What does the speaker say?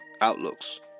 outlooks